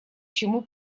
чему